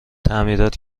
تعمیرات